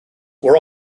were